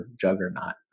juggernaut